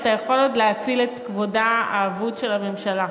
אתה יכול עוד להציל את כבודה האבוד של הממשלה.